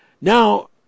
Now